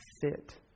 fit